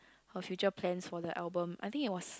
her future plans for the album I think it was